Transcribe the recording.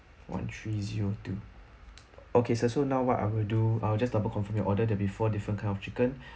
one three zero two okay so sir now what I will do I will just double confirm your order there'll be four different kind of chicken